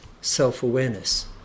self-awareness